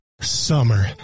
summer